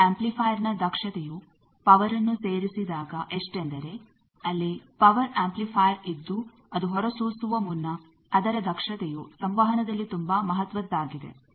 power ಎಂಪ್ಲಿಪೈರ್ನ ದಕ್ಷತೆಯು ಪವರ್ಅನ್ನು ಸೇರಿಸಿದಾಗ ಎಷ್ಟೆಂದರೆ ಅಲ್ಲಿ ಪವರ್ ಅಂಪ್ಲಿಫೈಯರ್ ಇದ್ದು ಅದು ಹೊರಸೂಸುವ ಮುನ್ನ ಅದರ ದಕ್ಷತೆಯು ಸಂವಹನದಲ್ಲಿ ತುಂಬಾ ಮಹತ್ವದ್ದಾಗಿದೆ